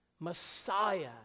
Messiah